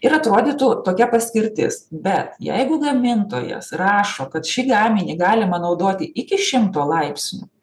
ir atrodytų tokia paskirtis bet jeigu gamintojas rašo kad šį gaminį galima naudoti iki šimto laipsnių